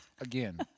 Again